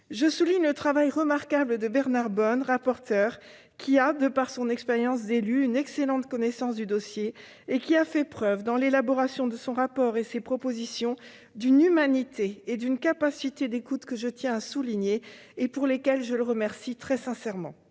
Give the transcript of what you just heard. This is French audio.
Je souligne le travail remarquable de Bernard Bonne, rapporteur, qui, par son expérience d'élu, a une excellente connaissance du dossier. Il a fait preuve, lors de l'élaboration de son rapport et de ses propositions, d'une humanité et d'une capacité d'écoute que je tiens à souligner et dont je tiens à le remercier très sincèrement.